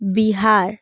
Bihar